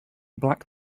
black